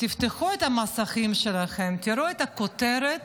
תפתחו את המסכים שלכם, תראו את הכותרת